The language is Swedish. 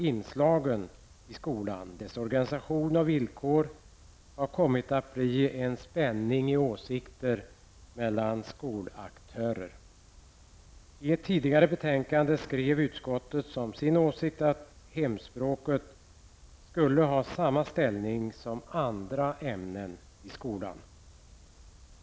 dess organisation och villkor i skolan har kommit att bli en spänning i åsikter mellan skolaktörer. I ett tidigare betänkande skrev utskottet som sin åsikt att hemspråket skulle ha samma ställning som andra ämnen i skolan.